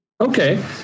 Okay